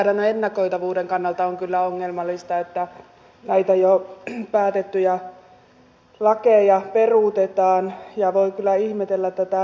lainsäädännön ennakoitavuuden kannalta on kyllä ongelmallista että näitä jo päätettyjä lakeja peruutetaan ja voi kyllä ihmetellä tätä menettelyä